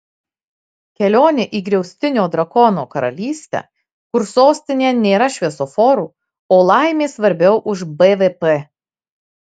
kelionė į griaustinio drakono karalystę kur sostinėje nėra šviesoforų o laimė svarbiau už bvp